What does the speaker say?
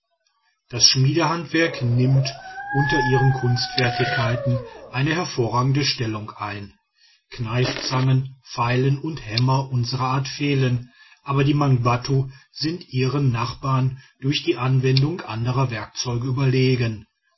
das schmiedehandwerk nimmt unter ihren kunstfertigkeiten eine hervorragende stellung ein kneifzangen feilen und hämmer unserer art fehlen aber die mangbattu sind ihren nachbarn durch die anwendung anderer werkzeuge überlegen